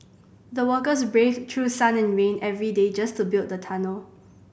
the workers braved through sun and rain every day just to build the tunnel